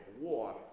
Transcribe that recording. War